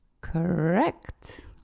Correct